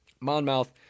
Monmouth